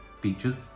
features